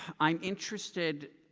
i'm interested.